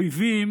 אויבים